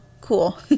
cool